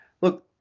Look